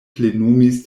plenumis